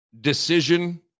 decision